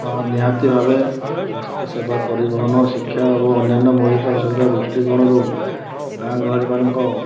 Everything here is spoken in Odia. ହଁ ନିହାତି ଭାବେ ସ୍ୱାସ୍ଥ୍ୟ ସେବା ପରିବହନ ଶିକ୍ଷା ଓ ଅନ୍ୟାନ୍ୟ ମୌଳିକ ଆବଶ୍ୟକତା ଦୃଷ୍ଟି କୋଣରୁ ଗାଁ ଗହଳି ମାନଙ୍କ